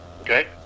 Okay